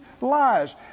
lies